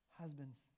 Husbands